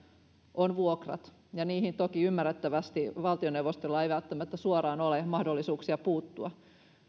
on vuokrat ja niihin toki ymmärrettävästi valtioneuvostolla ei välttämättä suoraan ole mahdollisuuksia puuttua